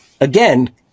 again